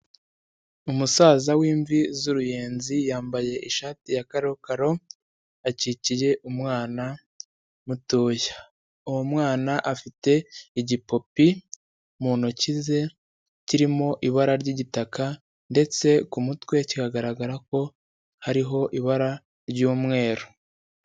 Umusaza w'imvi z'uruyenzi, yambaye ishati ya karokaro, akikiye umwana mutoya. Uwo mwana afite igipopi mu ntoki ze, kirimo ibara ry'igitaka, ndetse ku mutwe kigaragara ko hariho ibara ry'umweru.